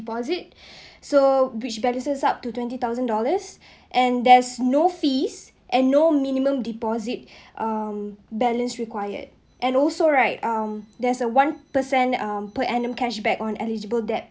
deposit so which balances up to twenty thousand dollars and there's no fees and no minimum deposit um balance required and also right um there's uh one percent um per annum cash back on eligible debt